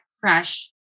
fresh